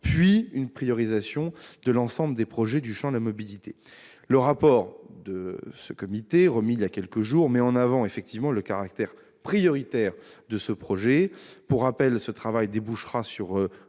puis une priorisation de l'ensemble des projets du champ de la mobilité. Le rapport de ce comité, remis il y a quelques jours, met en avant effectivement le caractère prioritaire de ce projet. Pour rappel, ce travail débouchera sur